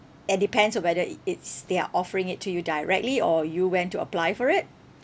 it depends on whether i~ it's they are offering it to you directly or you went to apply for it